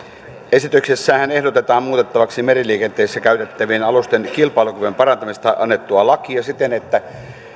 esityksessähän ehdotetaan muutettavaksi meriliikenteessä käytettävien alusten kilpailukyvyn parantamisesta annettua lakia siten että